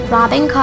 Robin